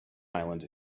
island